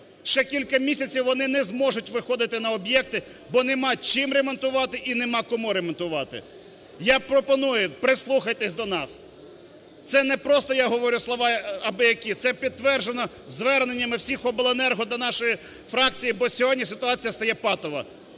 Ще кілька місяців вони не зможуть виходити на об'єкти, бо немає чим ремонтувати і немає кому ремонтувати. Я пропоную: прислухайтесь до нас. Це не просто я говорю слова абиякі, це підтверджено зверненнями всіх обленерго до нашої фракції, бо сьогодні ситуація стає патова.